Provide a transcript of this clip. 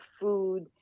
food